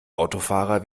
autofahrer